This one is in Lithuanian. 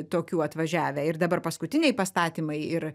tokių atvažiavę ir dabar paskutiniai pastatymai ir